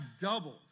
doubled